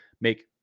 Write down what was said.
make